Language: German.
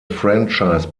franchise